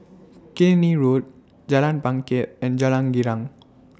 Killiney Road Jalan Bangket and Jalan Girang